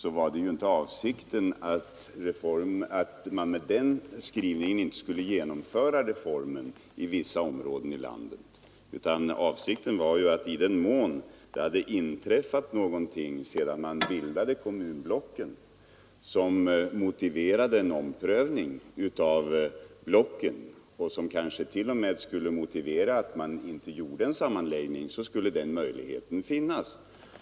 Avsikten med den skrivningen var inte att man inte skulle genomföra reformen i vissa områden i landet, utan avsikten var ju att i den mån det hade inträffat någonting sedan man bildade kommunblocken som motiverade en omprövning av blocken och som kanske t.o.m. skulle motivera att man inte gjorde en sammanläggning, så skulle den möjligheten finnas.